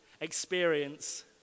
experience